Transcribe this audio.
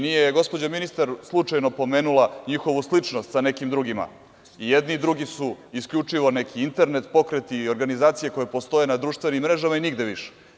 Nije gospođa ministar slučajno pomenula njihovu sličnost sa nekim drugima – i jedni i drugi su isključivo neki internet pokret i organizacije koje postoje na društvenim mrežama i nigde više.